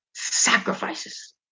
Sacrifices